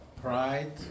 pride